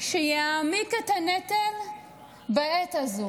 שיעמיק את הנטל בעת הזו?